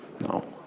No